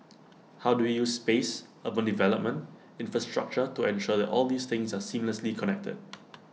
how do we use space urban development infrastructure to ensure that all these things are seamlessly connected